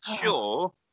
sure